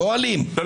לא אלים --- לא.